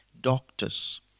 doctors